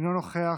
אינו נוכח,